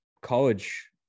college